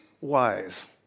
wise